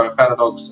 paradox